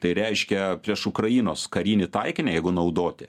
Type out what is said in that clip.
tai reiškia prieš ukrainos karinį taikinį jeigu naudoti